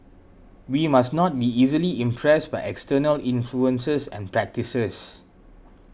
we must not be easily impressed by external influences and practices